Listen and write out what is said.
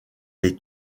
les